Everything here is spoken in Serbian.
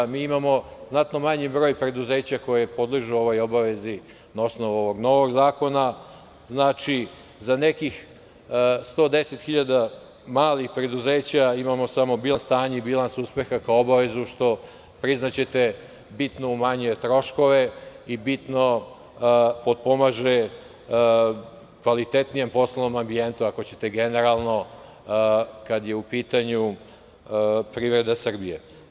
Mi imamo znatno manji broj preduzeća koja podležu ovoj obavezi na osnovu ovog novog zakona, znači, za nekih 110.000 malih preduzeća imamo samo bilans stanja i bilans uspeha kao obavezu što, priznaćete, bitno umanjuje troškove i bitno potpomaže kvalitetnijem poslovnom ambijentu, ako ćete generalno, kada je u pitanju privreda Srbije.